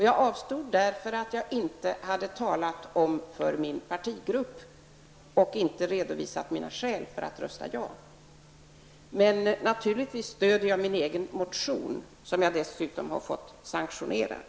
Jag avstod därför att jag inte hade talat med min partigrupp och inte redovisat mina skäl för att rösta ja. Men naturligtvis stöder jag min egen motion som jag dessutom har fått sanktionerad.